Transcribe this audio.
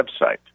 website